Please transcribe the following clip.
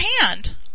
hand